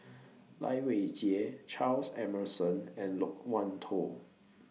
Lai Weijie Charles Emmerson and Loke Wan Tho